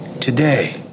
Today